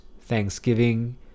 thanksgiving